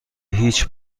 هیچ